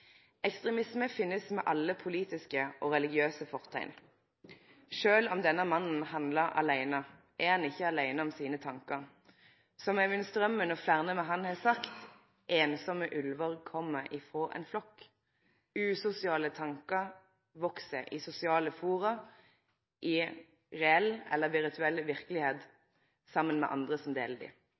Ekstremisme finst med alle politiske og religiøse forteikn. Sjølv om denne mannen handla aleine, er han ikkje aleine om sine tankar. Som Øyvind Strømmen og fleire med han har sagt: «Den ensomme ulven kommer fra en flokk.» Usosiale tankar veks i sosiale fora – i ein reell eller virtuell verkelegheit – saman med andre som